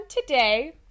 today